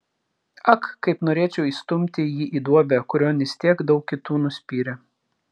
ak kaip norėčiau įstumti jį į duobę kurion jis tiek daug kitų nuspyrė